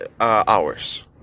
hours